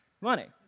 money